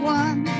one